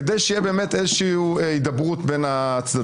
כדי שתהיה הידברות בין הצדדים.